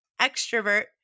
extrovert